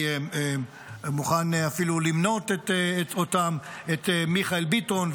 אני מוכן אפילו למנות אותם: את מיכאל ביטון,